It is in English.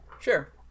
Sure